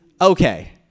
Okay